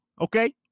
okay